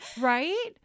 Right